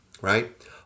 right